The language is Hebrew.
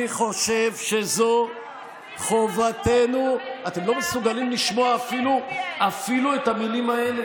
אני חושב שזאת חובתנו, אפילו את המילים האלה